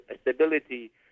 stability